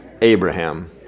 Abraham